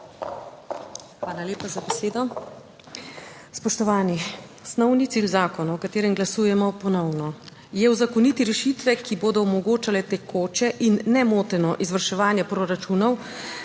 Hvala lepa za besedo. Spoštovani. Osnovni cilj zakona, o katerem glasujemo ponovno, je uzakoniti rešitve, ki bodo omogočale tekoče in nemoteno izvrševanje proračunov